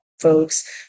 folks